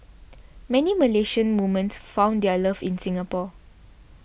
many Malaysian women found their love in Singapore